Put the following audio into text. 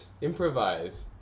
Improvise